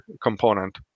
component